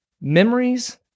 Memories